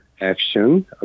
action